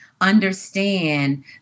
understand